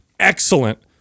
excellent